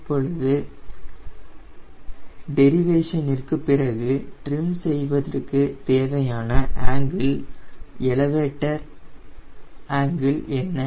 இப்பொழுது டெரிவேஷனிற்கு பிறகு ட்ரிம் செய்வதற்கு தேவைப்படும் ஆங்கிள் எலவேட்டர் ஆங்கிள் என்ன